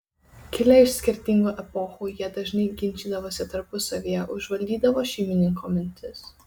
kilę iš skirtingų epochų jie dažnai ginčydavosi tarpusavyje užvaldydavo šeimininko mintis